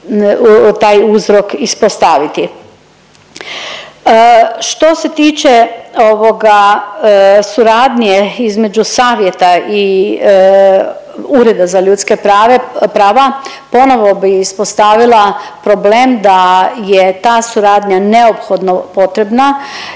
taj uzrok ispostaviti. Što se tiče ovoga suradnje između savjeta i Ureda za ljudska prava ponovo bi ispostavila problem da je ta suradnja neophodno potrebna